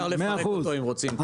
מאה אחוז,